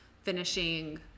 finishing